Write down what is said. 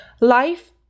life